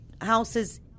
houses